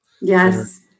Yes